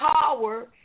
power